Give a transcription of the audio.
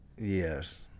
Yes